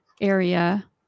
area